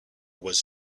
was